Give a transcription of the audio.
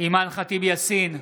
אימאן ח'טיב יאסין,